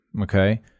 Okay